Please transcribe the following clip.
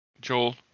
Joel